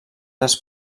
dels